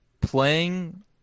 playing